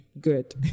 good